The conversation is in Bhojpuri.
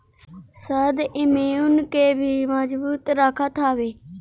शहद इम्यून के भी मजबूत रखत हवे